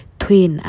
thuyền